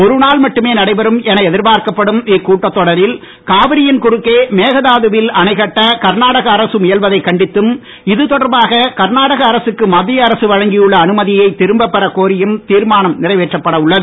ஒருநாள் என எதிர்ப்பார்க்கப்படும் இக்கூட்டத் தொடரில் காவிரியின் குறுக்கே மேகதாதுவில் அணை கட்ட கர்நாடக அரசு முயல்வதை கண்டித்தும் இது தொடர்பாக கர்நாடக அரசுக்கு மத்திய அரசு வழங்கியுள்ள அனுமதியை திரும்ப பெறக் கோரியும் தீர்மானம் நிறைவேற்றப்பட உள்ளது